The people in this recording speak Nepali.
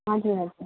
हजुर हजुर